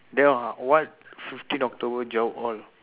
what fifteen october job all